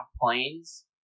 planes